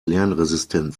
lernresistent